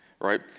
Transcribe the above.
right